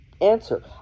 answer